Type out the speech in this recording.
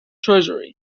treasury